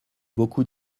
beaucoup